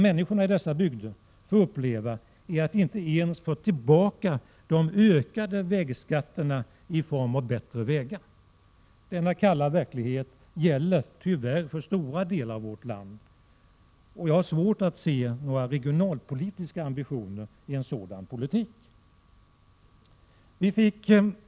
Människorna i dessa bygder får alltså inte ens tillbaka de ökade vägskatterna i form av bättre vägar. Denna kalla verklighet gäller tyvärr för stora delar av vårt land. Jag har svårt att se några regionalpolitiska ambitioner i en sådan politik.